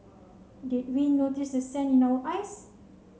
did we notice the sand in our eyes